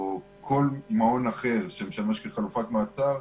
או כל מעון אחר שמשמש כחלופת מעצר,